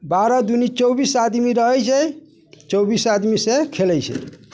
बारह दुनी चौबीस आदमी रहैत छै चौबीस आदमीसँ खेलैत छै